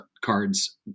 cards